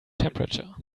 temperature